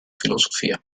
filosofia